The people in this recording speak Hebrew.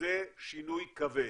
זה שינוי כבד,